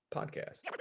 Podcast